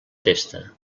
testa